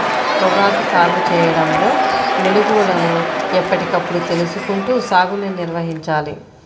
పొగాకు సాగు చేయడంలో మెళుకువలను ఎప్పటికప్పుడు తెలుసుకుంటూ సాగుని నిర్వహించాలి